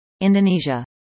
Indonesia